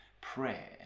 prayer